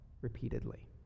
repeatedly